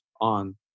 on